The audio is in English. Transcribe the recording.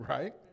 Right